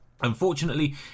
Unfortunately